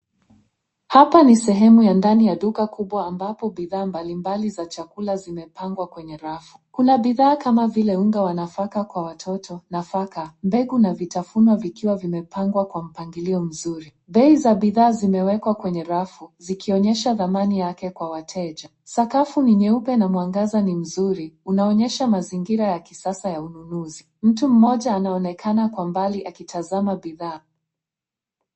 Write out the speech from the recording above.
Hapa ni sehemu ya ndani ya duka kubwa ambapo bidhaa mbalimbali za chakula zimepangwa kwenye rafu. Kuna bidhaa kama vile unga wa nafaka kwa watoto, nafaka, mbegu na vitafuno vikiwa vimepangwa kwa mpangilio mzuri. Bei za bidhaa zimewekwa kwenye rafu zikionyesha dhamani yake kwa wateja. Sakafu ni nyeupe, na mwangaza ni mzuri. Unaonyesha mazingira ya kisasa ya ununuzi. Mtu mmoja anaonekana kwa mbali akitizama bidhaa.